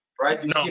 right